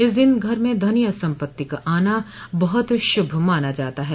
इस दिन घर में धन या सम्पत्ति का आना बहुत शुभ माना जाता है